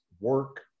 work